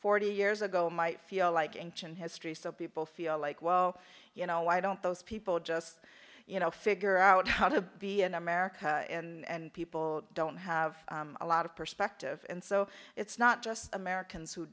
forty years ago might feel like inch in history so people feel like well you know why don't those people just you know figure out how to be in america and people don't have a lot of perspective and so it's not just americans who